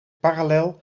parallel